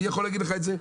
אני יכול להגיד לך את זה,